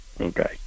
okay